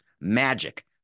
Magic